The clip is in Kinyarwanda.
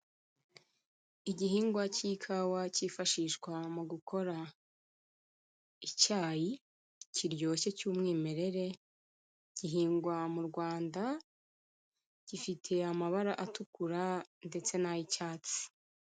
Igihingwa cy'ikawa cyifashishwa mu gukora icyayi kiryoshye cy'umwimerere, gihingwa mu Rwanda, gifite amabara atukura ndetse nay'icyatsi.